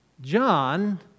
John